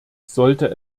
sollte